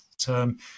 term